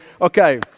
Okay